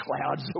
clouds